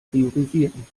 priorisieren